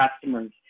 customers